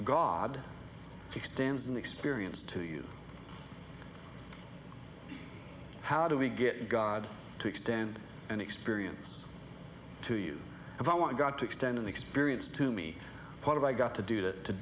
god extends an experience to you how do we get god to extend an experience to you if i want god to extend an experience to me part of i got to do that to